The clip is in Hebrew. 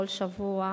כל שבוע,